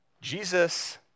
Jesus